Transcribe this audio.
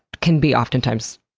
can be, oftentimes,